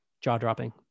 jaw-dropping